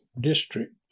district